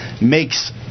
makes –